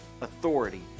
authority